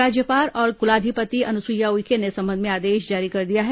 राज्यपाल और कुलाधिपति अनुसुईया उइके ने इस संबंध में आदेश जारी कर दिया है